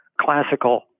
classical